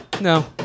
No